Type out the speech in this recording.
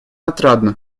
отрадно